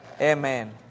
Amen